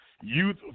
Youth